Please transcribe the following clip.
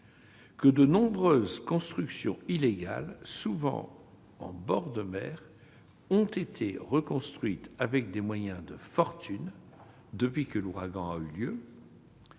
-que de nombreuses constructions illégales, souvent en bord de mer, ont été reconstruites avec des moyens de fortune depuis que l'ouragan a eu lieu ;